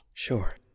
Sure